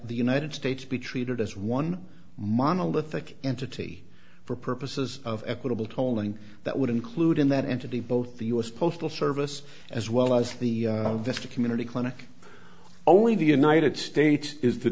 the united states be treated as one monolithic entity for purposes of equitable tolling that would include in that entity both the u s postal service as well as the community clinic only the united states is the